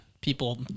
people